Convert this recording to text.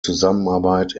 zusammenarbeit